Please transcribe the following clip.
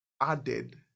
Added